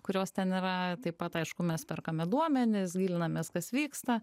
kurios ten yra taip pat aišku mes perkame duomenis gilinamės kas vyksta